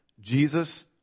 Jesus